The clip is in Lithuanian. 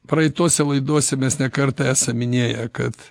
praeitose laidose mes ne kartą esam minėję kad